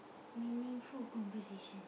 meaningful conversation